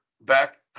back